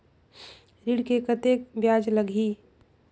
ऋण मे कतेक ब्याज लगही?